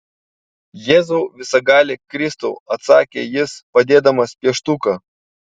jėzau visagali kristau atsakė jis padėdamas pieštuką